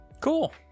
Cool